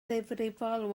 ddifrifol